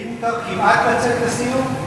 האם מותר כמעט לצאת לסיור?